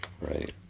Right